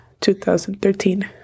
2013